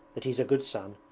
that he's a good son!